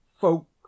folk